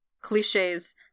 cliches